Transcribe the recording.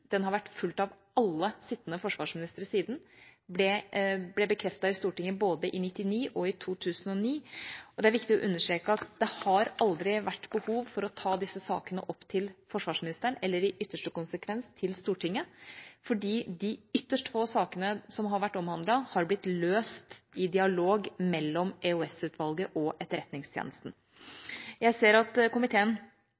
den har vært fulgt av alle forsvarsministre siden da. Det ble bekreftet i Stortinget både i 1999 og i 2009. Det er viktig å understreke at det har aldri vært behov for å ta disse sakene opp til forsvarsministeren, eller i ytterste konsekvens til Stortinget, fordi de ytterst få sakene som har vært omhandlet, har blitt løst i dialog mellom EOS-utvalget og Etterretningstjenesten.